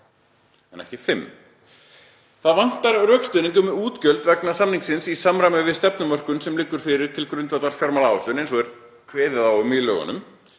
en ekki fimm. Það vantar rökstuðning um útgjöld vegna samningsins í samræmi við stefnumörkun sem liggur til grundvallar fjármálaáætlun eins og er kveðið á um í lögunum.